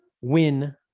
win